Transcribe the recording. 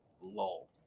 lull